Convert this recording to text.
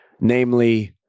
namely